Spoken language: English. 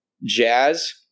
Jazz